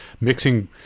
mixing